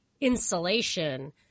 insulation